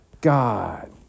God